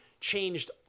changed